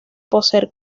poseer